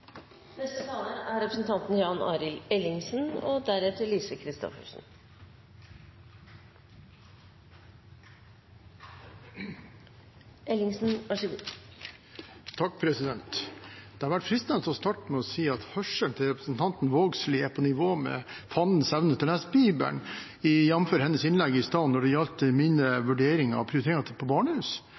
Det hadde vært fristende å starte med å si at hørselen til representanten Vågslid er på nivå med fandens evne til å lese Bibelen – jf. hennes innlegg i stad når det gjaldt mine vurderinger og prioriteringer med hensyn til barnehus. La meg gjenta at jeg var helt tydelig på